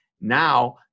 Now